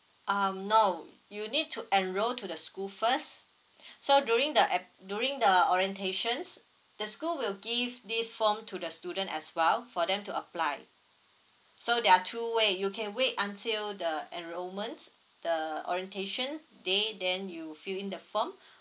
um no you need to enrol to the school first so during the ap~ during the orientations the school will give this form to the student as well for them to apply so there are two way you can wait until the enrolments the orientation day then you fill in the form